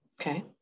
Okay